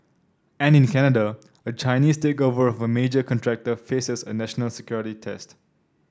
and in Canada a Chinese takeover of a major contractor faces a national security test